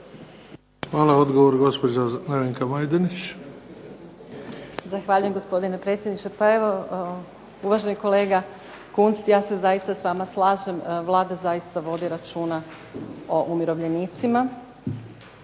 Hvala. Odgovor gospođa Nevenka Majdenić.